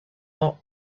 are